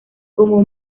como